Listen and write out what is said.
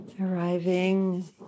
arriving